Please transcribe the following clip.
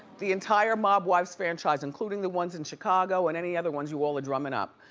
the entire mob wives franchise, including the ones in chicago and any other ones you all are drummin' up.